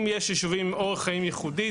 אם יש ישובים עם אורח חיים יחודי,